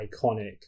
iconic